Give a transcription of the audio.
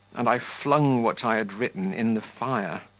and i flung what i had written in the fire.